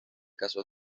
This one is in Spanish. casó